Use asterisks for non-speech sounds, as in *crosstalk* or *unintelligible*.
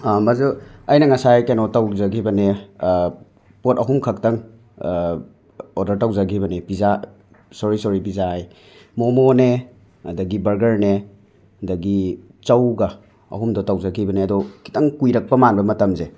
*unintelligible* ꯑꯩꯅ ꯉꯁꯥꯏ ꯀꯩꯅꯣ ꯇꯧꯖꯒꯤꯕꯅꯦ ꯄꯣꯠ ꯑꯍꯨꯝꯈꯛꯇꯪ ꯑꯣꯗꯔ ꯇꯧꯖꯒꯤꯕꯅꯤ ꯄꯤꯖꯥ ꯁꯣꯔꯤ ꯁꯣꯔꯤ ꯄꯤꯖꯥꯌꯦ ꯃꯣꯃꯣꯅꯦ ꯑꯗꯒꯤ ꯕꯔꯒꯔꯅꯦ ꯑꯗꯒꯤ ꯆꯧꯒ ꯑꯍꯨꯝꯗꯣ ꯇꯧꯖꯒꯤꯕꯅꯦ ꯑꯗꯣ ꯈꯤꯇꯪ ꯀꯨꯏꯔꯛꯄ ꯃꯥꯟꯕ ꯃꯇꯝꯖꯦ